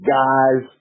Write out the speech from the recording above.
guys